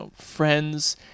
friends